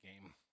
game